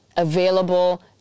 available